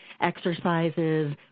exercises